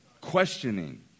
questioning